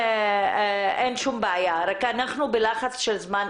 אנחנו בלחץ של זמן.